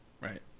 Right